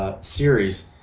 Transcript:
Series